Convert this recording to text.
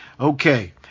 Okay